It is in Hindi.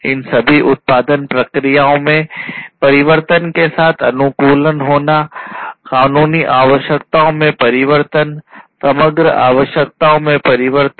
इन सभी उत्पादन प्रक्रियाओं में परिवर्तन के साथ अनुकूल होना कानूनी आवश्यकताओं में परिवर्तन समग्र आवश्यकताओं में परिवर्तन